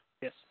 Yes